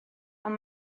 ond